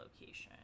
location